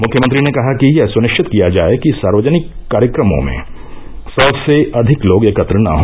मुख्यमंत्री ने कहा कि यह सुनिश्चित किया जाए कि सार्वजनिक कार्यक्रमों में सौ से अधिक लोग एकत्र न हो